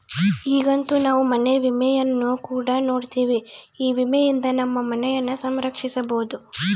ಈಗಂತೂ ನಾವು ಮನೆ ವಿಮೆಯನ್ನು ಕೂಡ ನೋಡ್ತಿವಿ, ಈ ವಿಮೆಯಿಂದ ನಮ್ಮ ಮನೆಯನ್ನ ಸಂರಕ್ಷಿಸಬೊದು